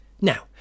Now